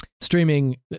streaming